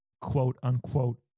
quote-unquote